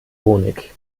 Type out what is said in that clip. honig